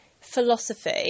philosophy